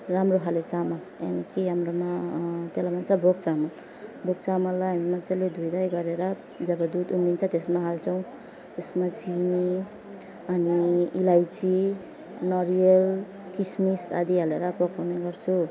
राम्रो खाले चामल यहाँ नि कि हाम्रोमा त्यसलाई भन्छ भोग चामल भोग चामललाई हामी मजाले धोइधाइ गरेर जब दुध उम्लिन्छ त्यसमा हाल्छौँ त्यसमा चिनी अनि अलैँची नरिवल किसमिस आदि हालेर पकाउने गर्छौँ